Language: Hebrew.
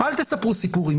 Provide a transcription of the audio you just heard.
אל תספרו סיפורים,